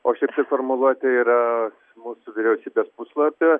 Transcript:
o šiaip tai formuluotė yra mūsų vyriausybės puslapyje